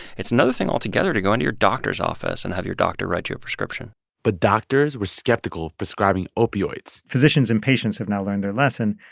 it's another thing altogether to go into your doctor's office and have your doctor write you a prescription but doctors were skeptical of prescribing opioids physicians and patients have now learned their lesson.